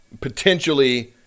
potentially